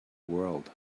world